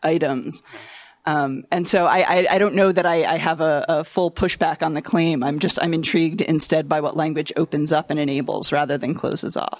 items and so i i don't know that i have a full pushback on the claim i'm just i'm intrigued instead by what language opens up and enables rather than closes off